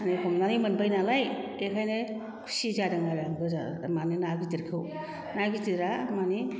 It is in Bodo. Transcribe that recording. आङो हमनानै मोनबाय नालाय बेखायनो खुसि जादों आरो बोजा मानि ना गिदिरखौ ना गिदिरा मानि